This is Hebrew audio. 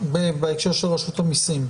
בהקשר של רשות המיסים?